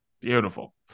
Beautiful